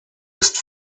ist